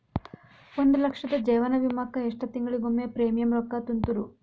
ಒಂದ್ ಲಕ್ಷದ ಜೇವನ ವಿಮಾಕ್ಕ ಎಷ್ಟ ತಿಂಗಳಿಗೊಮ್ಮೆ ಪ್ರೇಮಿಯಂ ರೊಕ್ಕಾ ತುಂತುರು?